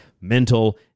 mental